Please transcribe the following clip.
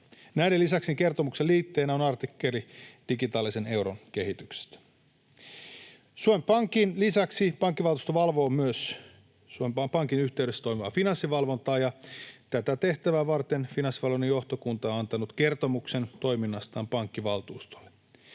Näiden lisäksi kertomuksen liitteenä on artikkeli digitaalisen euron kehityksestä. Suomen Pankin lisäksi pankkivaltuusto valvoo myös Suomen Pankin yhteydessä toimivaa Finanssivalvontaa, ja tätä tehtävää varten Finanssivalvonnan johtokunta on antanut kertomuksen toiminnastaan pankkivaltuustolle.